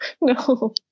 No